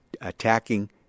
attacking